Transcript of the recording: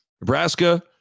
Nebraska